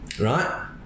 Right